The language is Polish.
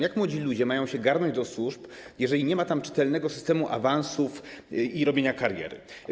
Jak młodzi ludzie mają garnąć się do służb, jeżeli nie ma tam czytelnego systemu awansów i robienia kariery?